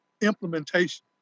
implementation